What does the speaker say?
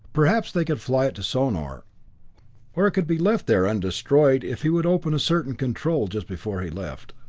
perhaps they could fly it to sonor or it could be left there undestroyed if he would open a certain control just before he left.